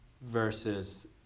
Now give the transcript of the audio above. Versus